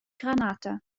granate